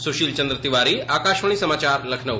सुशील चन्द्र तिवारी आकाशवाणी समाचार लखनऊ